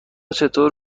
چطور